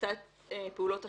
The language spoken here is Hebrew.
נקטה פעולות אכיפה.